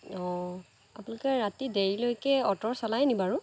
অঁ আপোনালোকে ৰাতি দেৰিলৈকে অট' চলাই নি বাৰু